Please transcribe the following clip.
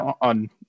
on